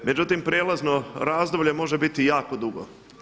Međutim, prijelazno razdoblje može biti jako dugo.